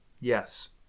Yes